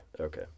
okay